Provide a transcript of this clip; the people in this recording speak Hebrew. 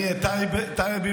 טייב.